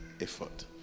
effort